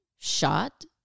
shot